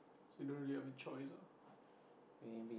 she don't really have a choice ah